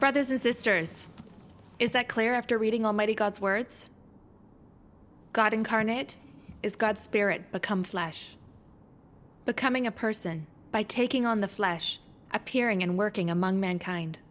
brothers and sisters is that clear after reading almighty god's words god incarnate is god's spirit become flash becoming a person by taking on the flesh appearing and working among mankind